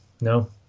no